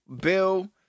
Bill